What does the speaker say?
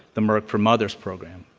the merck for mothers program.